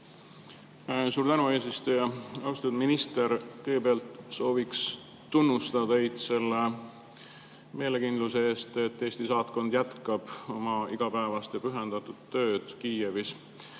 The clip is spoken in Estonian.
Suur tänu, eesistuja! Austatud minister! Kõigepealt soovin tunnustada teid selle meelekindluse eest, et Eesti saatkond jätkab oma igapäevast ja pühendunud tööd Kiievis.